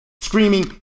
screaming